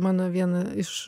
mano viena iš